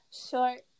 short